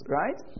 right